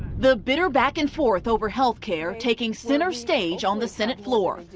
the bitter back-and-forth over health care taking center stage on the senate floor.